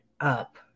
up